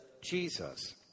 Jesus